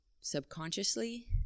subconsciously